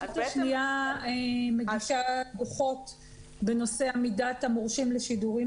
הרשות השניה מגישה דו"חות בנושא עמידת המורשים לשידורים